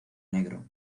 negro